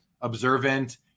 observant